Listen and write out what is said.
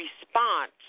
response